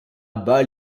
bas